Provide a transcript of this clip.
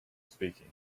speaking